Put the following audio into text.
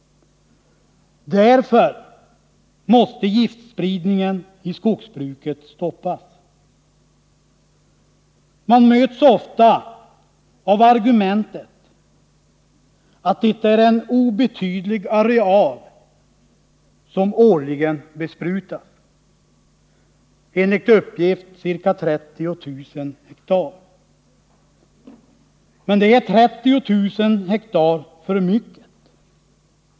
Därför måste giftspridningen i skogsbruket stoppas. Man möts ofta av argumentet att det är en obetydlig areal som årligen besprutas, enligt uppgift ca 30 000 hektar. Men det är 30000 hektar för mycket.